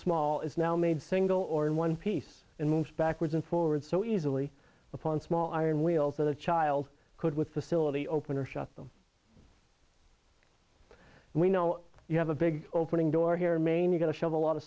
small is now made single or in one piece and moved backwards and forwards so easily upon small iron wheels that a child could with facility open or shut them we know you have a big opening door here in maine you got to shove a lot